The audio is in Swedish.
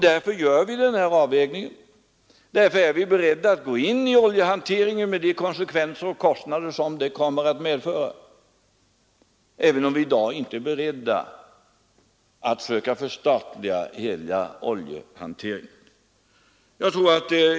Därför gör vi denna avvägning, och därför är vi beredda att gå in i oljehanteringen med de konsekvenser och kostnader som det kommer att medföra, även om vi i dag inte är beredda att försöka förstatliga hela oljehanteringen.